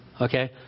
Okay